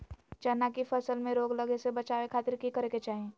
चना की फसल में रोग लगे से बचावे खातिर की करे के चाही?